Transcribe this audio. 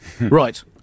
Right